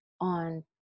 on